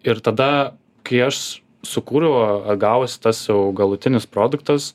ir tada kai aš sukūriau gavosi tas jau galutinis produktas